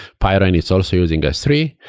pywren is also using s three,